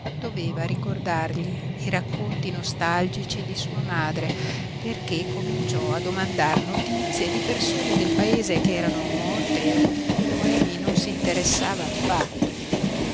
doveva ricordargli i racconti nostalgici di sua madre perché cominciò a domandar notizie di persone del paese che erano morte o di cui noemi non s'interessava affatto